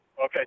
Okay